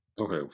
Okay